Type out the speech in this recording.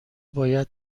باید